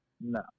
no